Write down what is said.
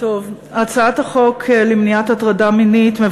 הצעת חוק למניעת הטרדה מינית (תיקון,